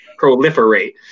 proliferate